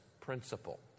principle